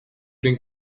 den